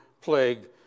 plague